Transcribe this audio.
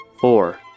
Four